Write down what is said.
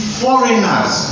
foreigners